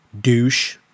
douche